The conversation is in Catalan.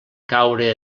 caure